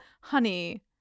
Honey